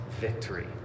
victory